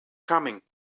coming